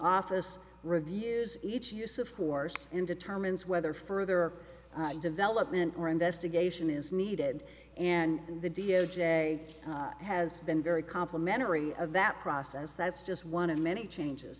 office reviews each use of force and determines whether further development or investigation is needed and the d o j has been very complimentary of that process that's just one of many changes